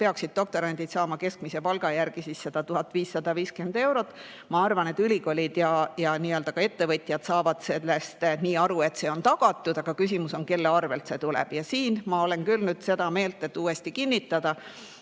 peaksid doktorandid saama keskmise palga järgi 1550 eurot. Ma arvan, et ülikoolid ja ka ettevõtjad saavad sellest nii aru, et see on tagatud, aga küsimus on, kelle arvel see tuleb. Siin ma olen küll nüüd seda meelt, et uuesti kinnitada: